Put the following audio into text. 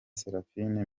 seraphine